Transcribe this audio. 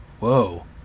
Whoa